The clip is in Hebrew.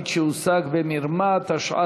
וכשהן יוצאות החוצה נפער החור הגדול הזה.